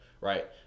right